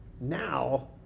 Now